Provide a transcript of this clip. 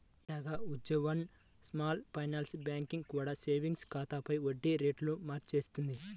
తాజాగా Ujjivan small finance bank కూడా savings ఖాతాలపై వడ్డీ రేట్లను మార్చేసింది